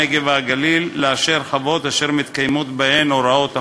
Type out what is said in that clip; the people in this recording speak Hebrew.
הנגב והגליל לאשר חוות אשר מתקיימות בהן הוראות החוק.